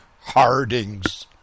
Hardings